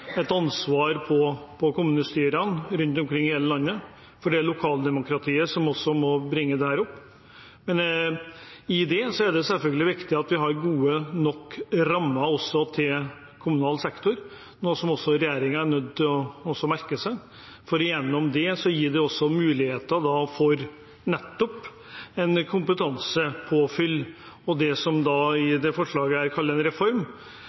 hele landet, for det er lokaldemokratiet som må bringe dette opp. Men her er det selvfølgelig viktig at vi også har gode nok rammer for kommunal sektor, noe som også regjeringen er nødt til å merke seg, for det vil gi muligheter for kompetansepåfyll og det som i dette forslaget kalles en reform,